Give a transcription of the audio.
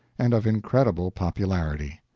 and of incredible popularity.